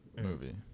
Movie